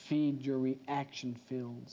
feed your action film